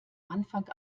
anfang